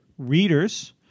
readers